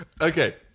Okay